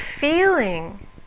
feeling